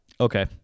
Okay